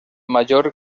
major